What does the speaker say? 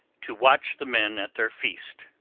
to watch the men at their feast,